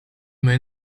men